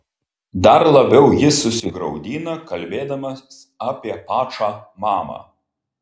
dar labiau jis susigraudina kalbėdamas apie pačą mamą